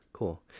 Cool